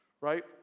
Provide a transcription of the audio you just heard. right